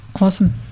Awesome